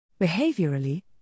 Behaviorally